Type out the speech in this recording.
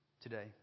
today